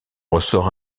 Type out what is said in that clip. ressort